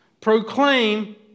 Proclaim